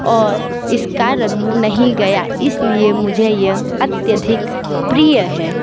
और इसका रंग नहीं गया इसलिए मुझे यह अत्यधिक प्रिय है